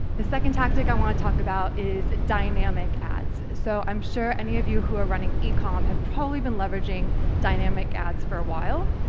the second tactic i want to talk about is dynamic ads. so i'm sure any of you who are running ecom have probably been leveraging dynamic ads for a while.